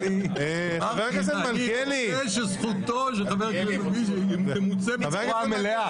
אני רוצה שזכותו של חבר כנסת תמוצה בצורה מלאה.